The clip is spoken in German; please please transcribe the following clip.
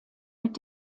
mit